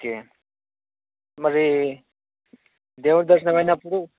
okay మరి దేవుడి దర్శనం అయినప్పుడు